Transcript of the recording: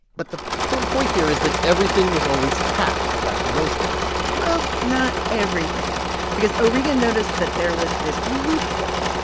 but the important point here is that everything was always taxed back in those days well, not everything because o'regan noticed that there was this loophole.